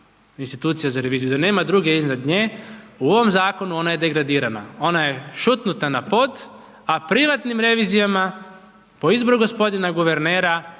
institucija za reviziju, da nema druge iznad nje u ovom zakonu, ona je degradirana. Ona je šutnuta na pod, a privatnim revizijama, po izboru g. guvernera